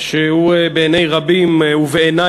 שהוא בעיני רבים ובעיני,